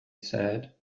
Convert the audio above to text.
said